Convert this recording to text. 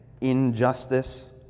injustice